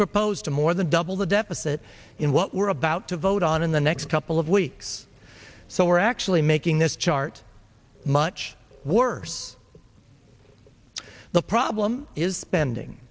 proposed to more than double the deficit in what we're about to vote on in the next couple of weeks so we're actually making this chart much worse the problem is spending